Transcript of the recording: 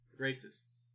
racists